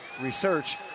research